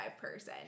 person